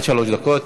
עד שלוש דקות.